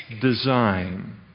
design